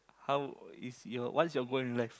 how is your what is your goal in life